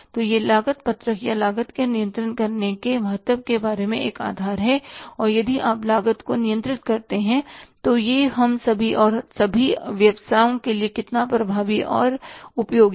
तो यह लागत पत्रक और लागत को नियंत्रित करने के महत्व के बारे में एक आधार है कि यदि आप लागत को नियंत्रित करते हैं तो यह हम सभी और सभी व्यवसायों के लिए कितना प्रभावी और उपयोगी है